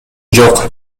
жок